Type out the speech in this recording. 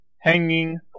hanging